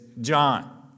John